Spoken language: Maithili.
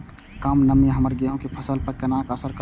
कम नमी हमर गेहूँ के फसल पर केना असर करतय?